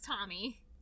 Tommy